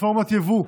רפורמות יבוא,